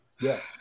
Yes